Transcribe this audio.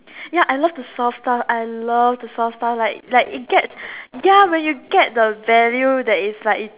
ya I love the soft toy I love the soft toy like like it get ya when you get the value that is like